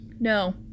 No